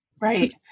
Right